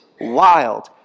wild